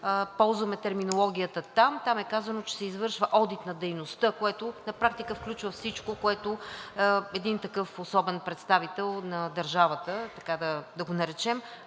ползваме терминологията там. Там е казано, че се извършва одит на дейността, което на практика включва всичко, което един такъв особен представител на държавата, така да го наречем,